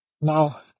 Now